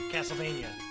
Castlevania